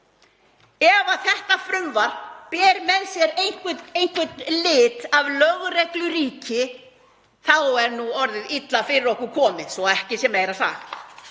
Ef þetta frumvarp ber með sér einhvern lit af lögregluríki þá er nú orðið illa fyrir okkur komið, svo að ekki sé meira sagt.